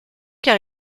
car